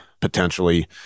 potentially